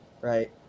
right